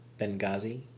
Benghazi